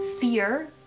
fear